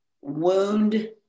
wound